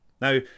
Now